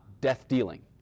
death-dealing